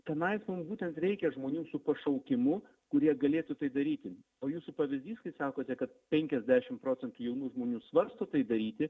tenais mum būtent reikia žmonių su pašaukimu kurie galėtų tai daryti o jūsų pavyzdys kai sakote kad penkiasdešim procentų jaunų žmonių svarsto tai daryti